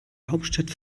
hauptstadt